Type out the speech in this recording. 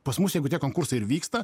pas mus jeigu tie konkursai ir vyksta